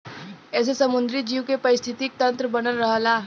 एसे समुंदरी जीव के पारिस्थितिकी तन्त्र बनल रहला